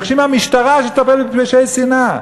מבקשים מהמשטרה שתטפל בפשעי שנאה,